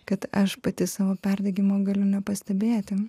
kad aš pati savo perdegimo galiu nepastebėti